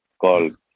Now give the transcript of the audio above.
called